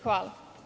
Hvala.